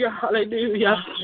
Hallelujah